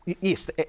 Yes